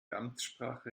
amtssprache